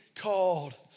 called